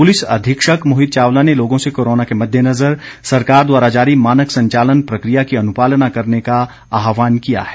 police अधीक्षक मोहित चावला ने लोगों से कोरोना के मद्देनज़र सरकार द्वारा जारी मानक संचालन प्रक्रिया की अनुपालना करने का आह्वान किया है